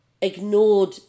ignored